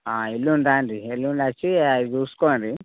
ఎల్లుండి రండి ఎల్లుండి వచ్చి అవి చూసుకోండి